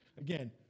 again